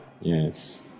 Yes